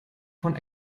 von